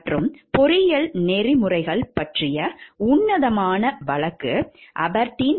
மற்றும் பொறியியல் நெறிமுறைகள் பற்றிய உன்னதமான வழக்கு அபெர்டீன் 3